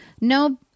No